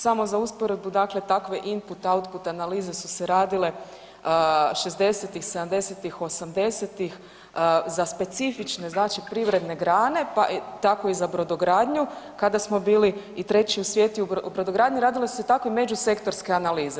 Samo za usporedbu, dakle takve input, autput analize su se radile '60.-tih, '70.-tih, '80.-tih za specifične, znači privredne grane, pa tako i za brodogradnju kada smo bili i 3. u svijetu u brodogradnji, radile su se takve međusektorske analize.